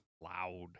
Loud